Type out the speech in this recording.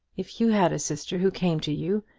if you had a sister, who came to you,